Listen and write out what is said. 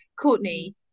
Courtney